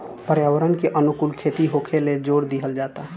पर्यावरण के अनुकूल खेती होखेल जोर दिहल जाता